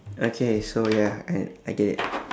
okay so ya I I get it